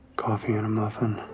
coffee and a muffin.